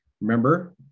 remember